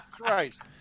Christ